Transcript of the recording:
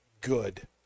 good